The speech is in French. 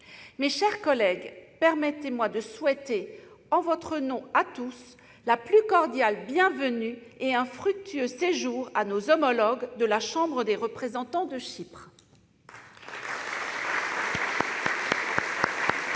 Mes chers collègues, permettez-moi de souhaiter, en votre nom à tous, la plus cordiale bienvenue et un fructueux séjour à nos homologues de la Chambre des représentants de Chypre.